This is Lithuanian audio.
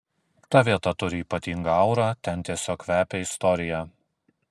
ta vieta turi ypatingą aurą ten tiesiog kvepia istorija